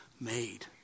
made